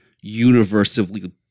universally